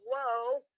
whoa